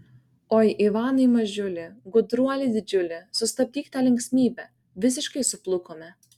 oi ivanai mažiuli gudruoli didžiuli sustabdyk tą linksmybę visiškai suplukome